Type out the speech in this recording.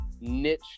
Niche